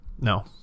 No